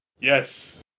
Yes